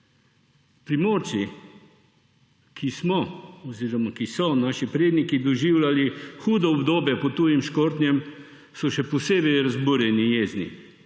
oziroma ki so naši predniki doživljali hudo obdobje pod tujim škornjem, so še posebej razburjeni in jezni.